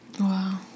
Wow